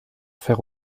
faire